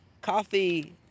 Coffee